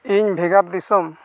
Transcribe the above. ᱤᱧ ᱵᱷᱮᱜᱟᱨ ᱫᱤᱥᱚᱢ